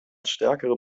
stärkere